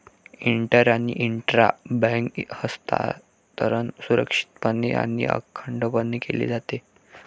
inter आणि intra bank हस्तांतरण सुरक्षितपणे आणि अखंडपणे केले जाते